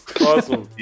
awesome